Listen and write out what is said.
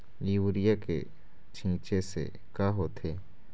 Urea के छींचे से का होथे?